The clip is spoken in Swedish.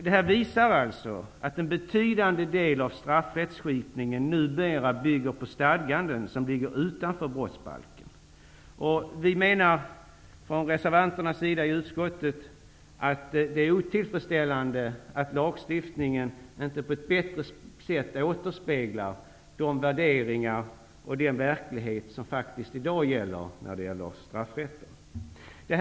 Det här visar att en betydande del av straffrättsskipningen numera bygger på stadganden som ligger utanför brottsbalken. Vi reservanter i utskottet menar att det är otillfredsställande att lagstiftningen inte på ett bättre sätt återspeglar de värderingar och den verklighet som faktiskt i dag gäller på straffrättens område.